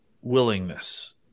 willingness